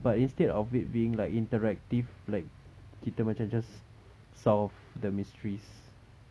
but instead of it being like interactive like kita macam just solve the mysteries